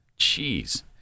Jeez